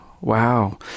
wow